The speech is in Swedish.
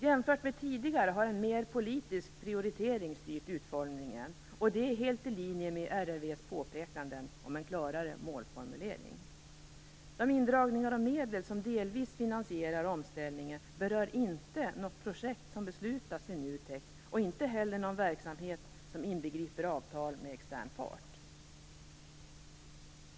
Jämfört med tidigare har en mer politisk prioritering styrt utformningen. Detta är helt i linje med RRV:s påpekanden om en klarare målformulering. De indragningar av medel som delvis finansierar omställningen berör inte något projekt som beslutats vid NUTEK och inte heller någon verksamhet som inbegriper avtal med extern part.